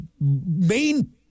main